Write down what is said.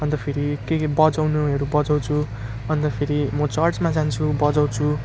अन्त फेरि के के बाजाउनुहरू बजाउँछु अन्त फेरि म चर्चमा जान्छु बजाउँछु